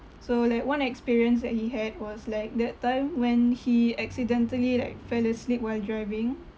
so like one experience that he had was like that time when he accidentally like fell asleep while driving